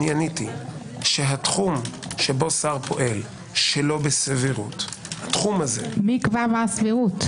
עניתי שהתחום שבו השר פועל שלא בסבירות- -- מי יקבע מה הסבירות?